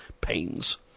pains